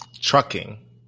trucking